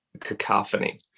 cacophony